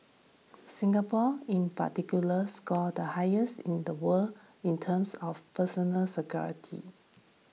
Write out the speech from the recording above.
Singapore in particular scored the highest in the world in terms of personal security